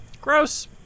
gross